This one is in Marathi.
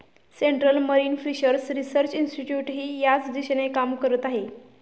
सेंट्रल मरीन फिशर्स रिसर्च इन्स्टिट्यूटही याच दिशेने काम करत आहे